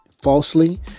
falsely